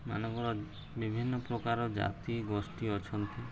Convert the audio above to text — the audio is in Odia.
ମାନଙ୍କର ବିଭିନ୍ନ ପ୍ରକାର ଜାତି ଗୋଷ୍ଠୀ ଅଛନ୍ତି